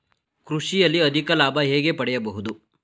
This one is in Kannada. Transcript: ಕೃಷಿಯಲ್ಲಿ ಅಧಿಕ ಲಾಭ ಹೇಗೆ ಪಡೆಯಬಹುದು?